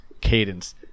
cadence